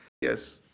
Yes